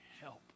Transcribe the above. help